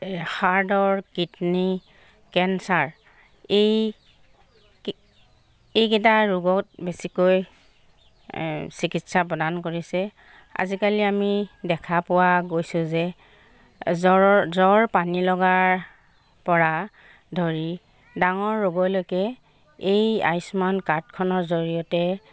হাৰ্ডৰ kidney cancer এই এইকেইটা ৰোগত বেছিকৈ চিকিৎসা প্ৰদান কৰিছে আজিকালি আমি দেখা পোৱা গৈছোঁ যে জ্বৰৰ জ্বৰ পানীলগাৰপৰা ধৰি ডাঙৰ ৰোগলৈকে এই আয়ুষ্মান কাৰ্ডখনৰ জৰিয়তে